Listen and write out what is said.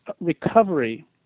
recovery